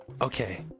Okay